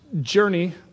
journey